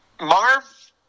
Marv